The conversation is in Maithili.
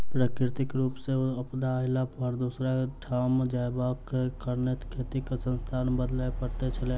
प्राकृतिक रूप सॅ आपदा अयला पर दोसर ठाम जायबाक कारणेँ खेतीक स्थान बदलय पड़ैत छलै